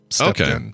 Okay